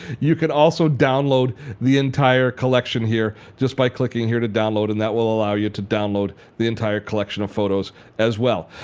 you could also download the entire collection here just by clicking here to download and that will allow you to download the entire collection of photos as well.